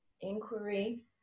inquiry